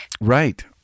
Right